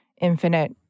infinite